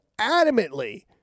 adamantly